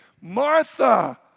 Martha